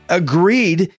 agreed